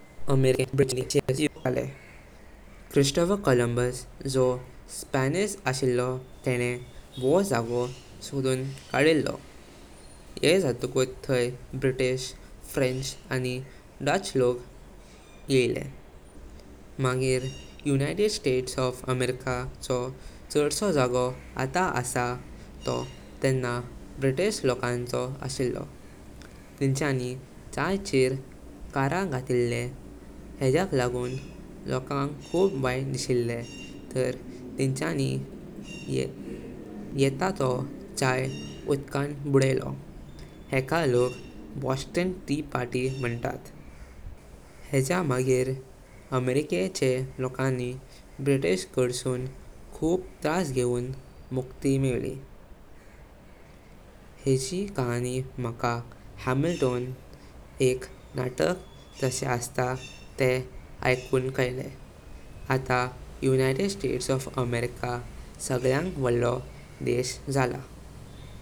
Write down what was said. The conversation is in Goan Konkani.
अमेरिकेन ब्रिटिश येवचा पैली थाई चिरोकी, इरकिस, सिओक्स आनी नवाजों लोक रावतले। क्रिस्तोफर कोलंबस जो स्पॅनिश अशिलो तेने वोह जाऽगो सोडून कडिलों। येह जातातून थाई ब्रिटिश, फ्रेंच आनी डच लोक आएले। मागिर युनायटेड स्टेट्स ओफ अमेरिका चो छडसो जागो अट्टा आसा तो तेंना ब्रिटिश लोकांचो अशिलो। तींचांणी चाय चेर कारा गाटिलो हेच लगून लोकांग खूब वैत दिसिले तार तिंचांणी येतां तो चाय उदकाङ बुडाइलो। येका लोग 'बोस्टन टी पार्टी' मनतात। हेय मागीर अमेरिके चे लोकाणी ब्रिटिश काड्सून खूब त्रास गेवं मुक्ती मेवली। हेजी कहानी माका 'हैमिल्टन' एक नाटाक जशे अस्ता तेह ऐकून काले। आत्तां युनायटेड स्टेट्स ऑफ अमेरिका सांगलिक वाडलो देश जल्ला।